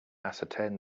ascertain